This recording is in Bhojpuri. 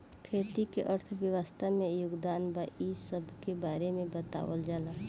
खेती के अर्थव्यवस्था में योगदान बा इ सबके बारे में बतावल जाला